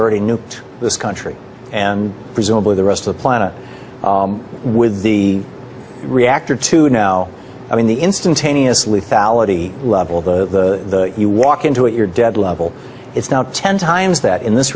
already nuked this country and presumably the rest of the planet with the reactor to now i mean the instantaneously fallacy level of the you walk into it you're dead level it's now ten times that in this